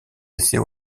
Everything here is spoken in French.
essais